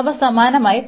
അവ സമാനമായി പ്രവർത്തിക്കും